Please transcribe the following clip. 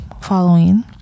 following